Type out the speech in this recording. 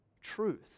truth